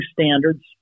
standards